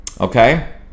okay